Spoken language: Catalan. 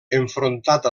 enfrontat